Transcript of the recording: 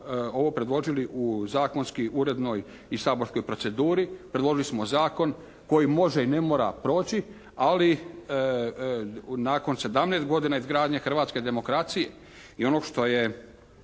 ovo predložili u zakonski, uredno i saborskoj proceduri, predložili smo zakon koji može i ne mora proći ali nakon 17 godina izgradnje hrvatske demokracije i onog što je